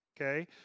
okay